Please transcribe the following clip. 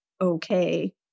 okay